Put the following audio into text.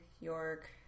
York